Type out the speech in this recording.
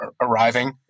arriving